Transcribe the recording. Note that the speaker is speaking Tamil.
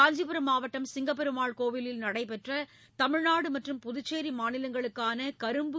காஞ்சிபுரம் மாவட்டம் சிங்கப்பெருமாள் கோயிலில் நடைபெற்ற தமிழ்நாடு மற்றும் புதுச்சேரி மாநிலங்களுக்கான கரும்பு